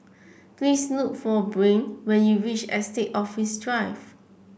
please look for Brain when you reach Estate Office Drive